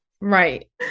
Right